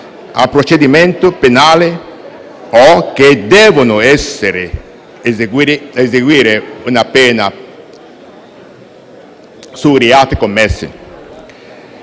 a procedimenti penali o che devono eseguire una pena per i reati commessi.